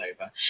over